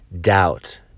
doubt